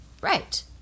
Right